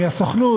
מהסוכנות,